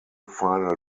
final